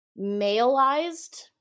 maleized